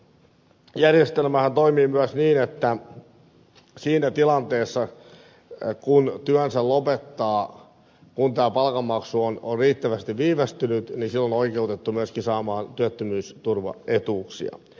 järjestelmähän toimii myös niin että siinä tilanteessa kun työnsä lopettaa kun tämä palkanmaksu on riittävästi viivästynyt on oikeutettu myöskin saamaan työttömyysturvaetuuksia